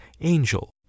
Angel